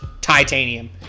titanium